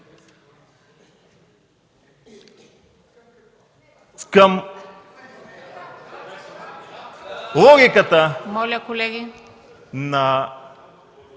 ... логиката на